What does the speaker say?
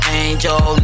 angel